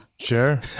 Sure